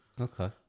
Okay